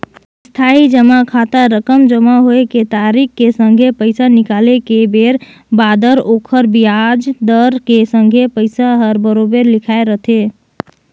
इस्थाई जमा खाता रकम जमा होए के तारिख के संघे पैसा निकाले के बेर बादर ओखर बियाज दर के संघे पइसा हर बराबेर लिखाए रथें